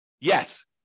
Yes